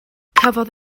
cafodd